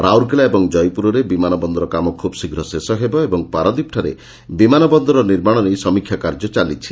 ରାଉରକେଲା ଏବଂ ଜୟପୁରରେ ବିମାନ ବନ୍ଦର କାମ ଖୁବ୍ ଶୀଘ୍ର ଶେଷ ହେବ ଏବଂ ପାରାଦ୍ୱୀପଠାରେ ବିମାନ ବନ୍ଦର ନିର୍ମାଣ ନେଇ ସମୀକ୍ଷା କାର୍ଯ୍ୟ ଚାଲିଛି